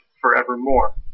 forevermore